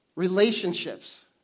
relationships